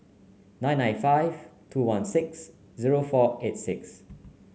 nine nine five two one six zero four eight six